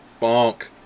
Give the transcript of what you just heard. Bonk